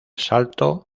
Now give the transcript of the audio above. salto